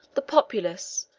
the populace,